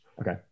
Okay